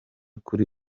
kuri